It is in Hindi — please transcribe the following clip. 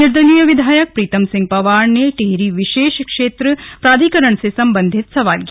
निर्दलीय विधायक प्रीतम सिंह पंवार ने टिहरी विशेष क्षेत्र प्राधिकरण से संबंधित सवाल किया